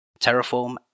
Terraform